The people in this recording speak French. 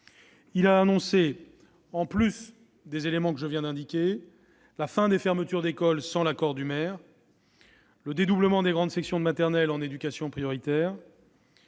il a annoncé, outre les éléments que je viens d'indiquer, la fin des fermetures d'écoles primaires sans l'accord du maire, le dédoublement des grandes sections de maternelle classées en zone d'éducation prioritaire